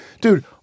Dude